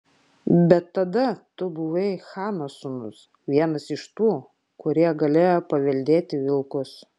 bet tada tu buvai chano sūnus vienas iš tų kurie galėjo paveldėti vilkus